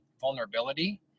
vulnerability